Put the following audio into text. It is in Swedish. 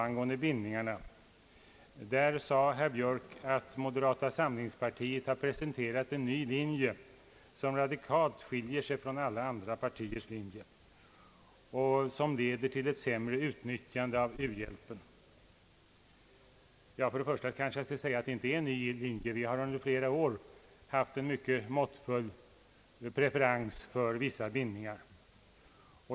Herr Björk sade att moderata samlingspartiet har presenterat en ny linje som radikalt skiljer sig från alla andra partiers och som leder till ett sämre utnyttjande av u-hjälpen. Till att börja med vill jag säga att det inte är en ny linje. Vi har under flera år förordat en måttfull preferens för vissa bindningar.